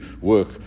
work